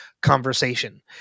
conversation